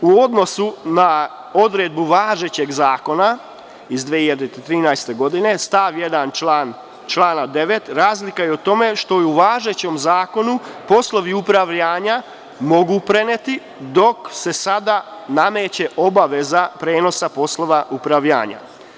U odnosu na odredbu važećeg zakona iz 2013. godine stav 1. člana 9, razlika je u tome što u važećem zakonu poslove upravljanja mogu preneti, dok se sada nameće obaveza prenosa poslova upravljanja.